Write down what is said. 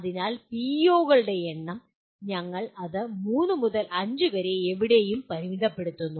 അതിനാൽ പിഇഒകളുടെ എണ്ണം ഞങ്ങൾ ഇത് മൂന്ന് മുതൽ അഞ്ച് വരെ എവിടെയും പരിമിതപ്പെടുത്തുന്നു